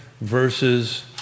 versus